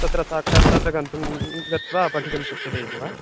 तत्र साक्षात् तत्र गन्तुं गत्वा पठितुं शक्यते इति वा